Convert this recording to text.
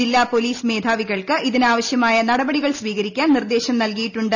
ജില്ലാ പോലീസ് മേധാവികൾക്ക് ഇതിനാവശ്യമായ നടപടികൾ സ്വീകരിക്കാൻ നിർദേശം നൽകിയിട്ടുണ്ട്